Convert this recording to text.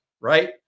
right